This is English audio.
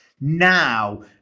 Now